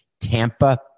Tampa